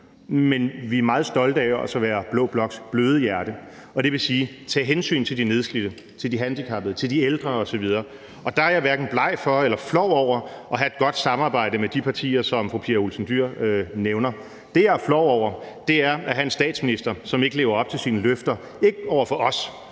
men vi er meget stolte af også at være blå bloks bløde hjerte, og det vil sige tage hensyn til de nedslidte, til de handicappede, til de ældre osv. Og der er jeg hverken bleg for eller flov over at have et godt samarbejde med de partier, som fru Pia Olsen Dyhr nævner. Det, jeg er flov over, er at have en statsminister, som ikke lever op til sine løfter, altså ikke over for os,